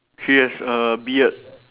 he has a beard